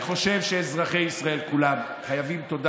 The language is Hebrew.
אני חושב שאזרחי ישראל כולם חייבים תודה